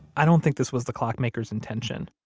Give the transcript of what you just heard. i don't think this was the clockmaker's intention